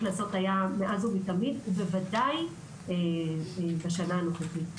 צריך להיעשות מאז ומתמיד, ובוודאי בשנה הנוכחית.